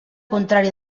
contrari